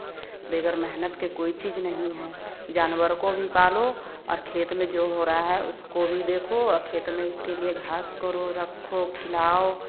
बगैर मेहनत के कोई चीज़ नहीं है जानवरों को भी पालो और खेत में जो हो रहा है उसको भी देखो अ खेत में उसके लिए घास करो रखो खिलाओ